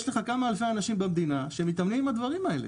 יש לך כמה אלפי אנשים במדינה שמתאמנים עם הדברים האלה,